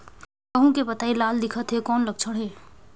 गहूं के पतई लाल दिखत हे कौन लक्षण हे?